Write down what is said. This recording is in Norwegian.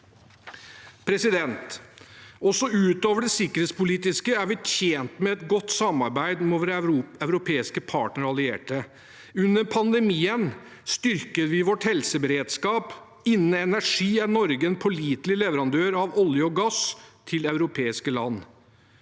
Også utover det sikkerhetspolitiske er vi tjent med et godt samarbeid med våre europeiske partnere og allierte. Under pandemien styrket vi vår helseberedskap, og innen energi er Norge en pålitelig leverandør av olje og gass til europeiske land.